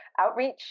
outreach